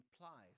implies